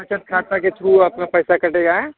बचत खाता के थ्रू आपका पैसा कटेगा